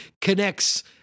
connects